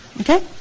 Okay